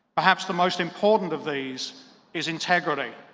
perhaps the most important of these is integrity.